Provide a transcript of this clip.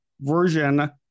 version